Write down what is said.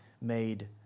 made